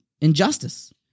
injustice